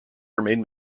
remain